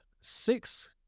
six